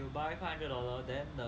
tiger dollar then